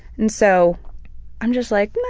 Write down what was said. and so i'm just like